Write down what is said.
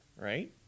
right